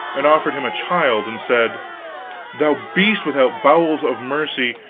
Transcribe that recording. and offered him a child and said thou beast without bowels of mercy,